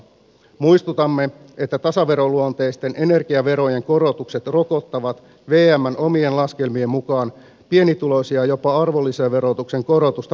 muistutamme että tasaveroluonteisten energiaverojen korotukset rokottavat vmn omien laskelmien mukaan pienituloisia jopa arvonlisäverotuksen korotusta pahemmin